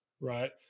right